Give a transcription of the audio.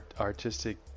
artistic